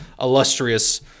illustrious